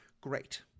great